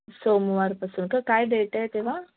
सोमवारपासून क काय डेट आहे तेव्हा